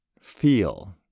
feel